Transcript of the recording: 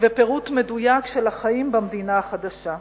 ופירוט מדויק של החיים במדינה החדשה.